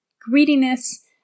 greediness